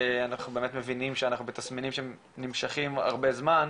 כי אנחנו באמת מבינים שאנחנו בתסמינים ובתופעות שנמשכים הרבה זמן,